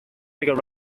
bigger